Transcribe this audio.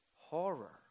horror